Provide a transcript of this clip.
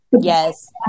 Yes